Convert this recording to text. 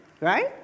Right